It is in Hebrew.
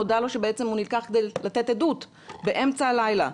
נודע לו שהוא בעצם נלקח כדי לתת עדות באמצע הלילה.